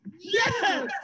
Yes